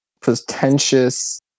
pretentious